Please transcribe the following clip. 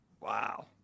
Wow